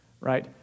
right